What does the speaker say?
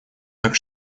так